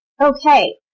Okay